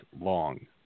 long